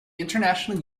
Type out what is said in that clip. international